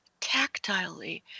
tactilely